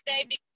today